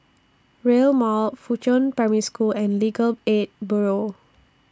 Rail Mall Fuchun Primary School and Legal Aid Bureau